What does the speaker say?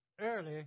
early